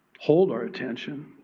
hold our attention,